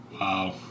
Wow